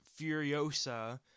Furiosa